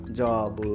job